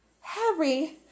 Harry